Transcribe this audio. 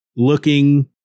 looking